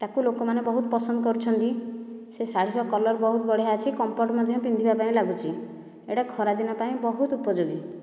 ତାକୁ ଲୋକମାନେ ବହୁତ ପସନ୍ଦ କରୁଛନ୍ତି ସେ ଶାଢ଼ୀର କଲର ବହୁତ ବଢ଼ିଆ ଅଛି କମ୍ଫର୍ଟ ମଧ୍ୟ ପିନ୍ଧିବା ପାଇଁ ଲାଗୁଛି ଏଇଟା ଖରାଦିନ ପାଇଁ ବହୁତ ଉପଯୋଗୀ